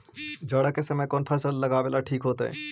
जाड़ा के समय कौन फसल लगावेला ठिक होतइ?